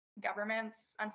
governments